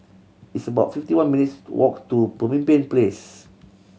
it's about fifty one minutes' walk to Pemimpin Place